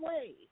ways